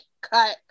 Cut